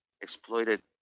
exploited